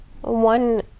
one